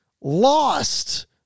lost